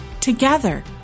Together